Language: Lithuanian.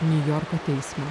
niujorko teismą